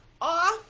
off